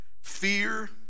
fear